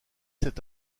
cet